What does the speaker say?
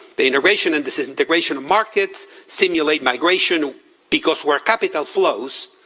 the integration and disintegration of markets simulate migration because where capital flows,